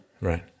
Right